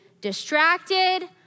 distracted